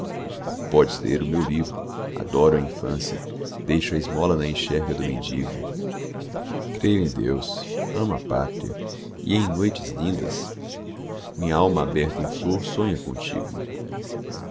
podes ler o meu livro adoro a infância deixo a esmola na enxerga do mendigo creio em deus amo a pátria e em noites lindas minhalma aberta em flor sonha contigo